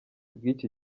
bw’iki